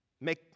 Make